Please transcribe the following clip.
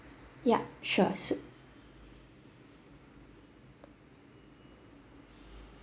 yup sure so